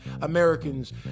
Americans